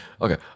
Okay